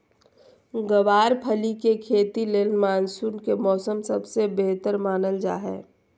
गँवार फली के खेती ले मानसून के मौसम सबसे बेहतर मानल जा हय